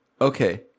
Okay